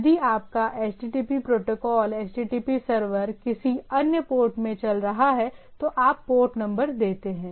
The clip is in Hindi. यदि आपका HTTP प्रोटोकॉल HTTP सर्वर किसी अन्य पोर्ट में चल रहा है तो आप पोर्ट नंबर देते हैं